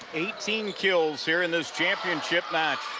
eighteen kills here in this championship match.